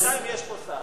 בינתיים יש פה שר.